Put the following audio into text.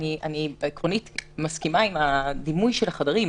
עקרונית אני מסכימה עם הדימוי של החדרים,